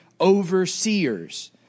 overseers